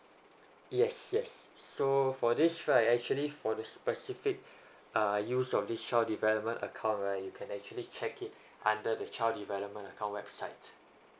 yes yes so for this right actually for the specific uh use of this child development account right you can actually check it under the child development account website